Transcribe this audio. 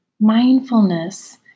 Mindfulness